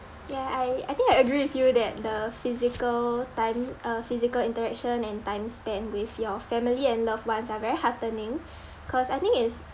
yeah I I think I agree with you that the physical time uh physical interaction and time spent with your family and loved ones are very heartening cause I think it's